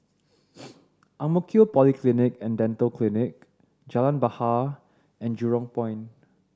Ang Mo Kio Polyclinic and Dental Clinic Jalan Bahar and Jurong Point